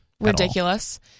Ridiculous